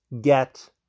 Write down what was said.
get